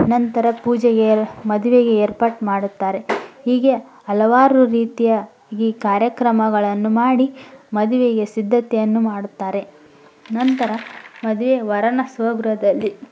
ನಂತರ ಪೂಜೆಗೆ ಮದುವೆಗೆ ಏರ್ಪಾಟು ಮಾಡುತ್ತಾರೆ ಹೀಗೆ ಹಲವಾರು ರೀತಿಯ ಈ ಕಾರ್ಯಕ್ರಮಗಳನ್ನು ಮಾಡಿ ಮದುವೆಗೆ ಸಿದ್ಧತೆಯನ್ನು ಮಾಡುತ್ತಾರೆ ನಂತರ ಮದುವೆ ವರನ ಸ್ವಗೃಹದಲ್ಲಿ